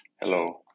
Hello